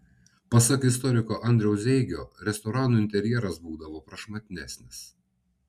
pasak istoriko andriaus zeigio restoranų interjeras būdavo prašmatnesnis